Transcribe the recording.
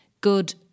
good